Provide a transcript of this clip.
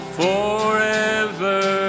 forever